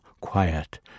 quiet